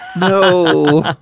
No